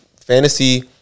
fantasy